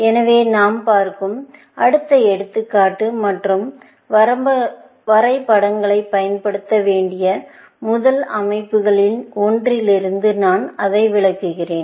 எனவே நாம் பார்க்கும் அடுத்த எடுத்துக்காட்டு மற்றும் வரைபடங்களைப் பயன்படுத்த வேண்டிய முதல் அமைப்புகளில் ஒன்றிலிருந்து நான் அதை விளக்குகிறேன்